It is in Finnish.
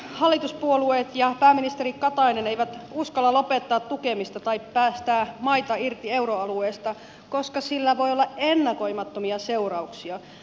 hallituspuolueet ja pääministeri katainen eivät uskalla lopettaa tukemista tai päästää maita irti euroalueesta koska sillä voi olla ennakoimattomia seurauksia